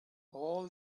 all